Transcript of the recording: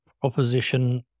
Proposition